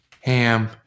ham